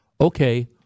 Okay